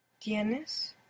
Tienes